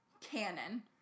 canon